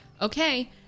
Okay